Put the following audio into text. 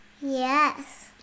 Yes